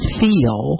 feel